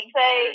say